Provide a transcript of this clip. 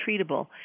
treatable